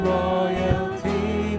royalty